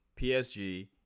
PSG